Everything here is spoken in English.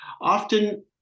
Often